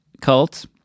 cult